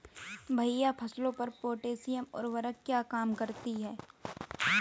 भैया फसलों पर पोटैशियम उर्वरक क्या काम करती है?